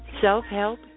self-help